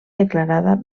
declarada